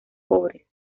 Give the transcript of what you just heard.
pobres